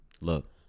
Look